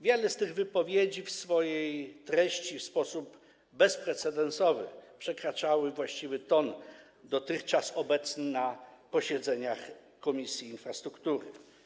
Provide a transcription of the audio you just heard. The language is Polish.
Wiele z tych wypowiedzi w swojej treści w sposób bezprecedensowy wykraczało poza właściwy ton dotychczas obecny na posiedzeniach Komisji Infrastruktury.